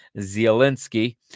Zielinski